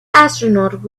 astronaut